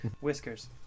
whiskers